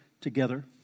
together